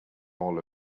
all